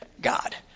God